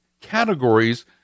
categories